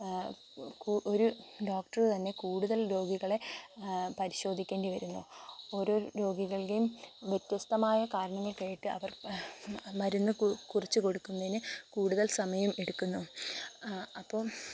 ഒരു ഡോക്ടര് തന്നെ കൂടുതല് രോഗികളെ പരിശോധിക്കേണ്ടി വരുന്നു ഓരോ രോഗികളുടെയും വ്യതൃസ്തമായ കാരണങ്ങള് കേട്ട് മരുന്ന് കുറിച്ച് കൊടുക്കുന്നതിനു കൂടുതല് സമയം എടുക്കുന്നു അപ്പം